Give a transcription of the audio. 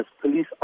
police